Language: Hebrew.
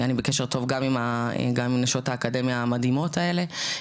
אני בקשר טוב גם עם נשות האקדמיה המדהימות האלה,